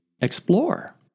explore